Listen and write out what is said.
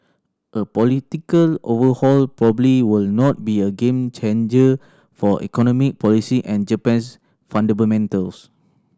a political overhaul probably will not be a game changer for economic policy and Japan's